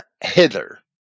hither